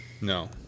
No